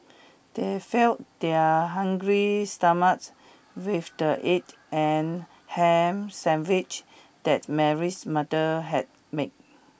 they failed their hungry stomachs with the egg and ham sandwiche that Mary's mother had made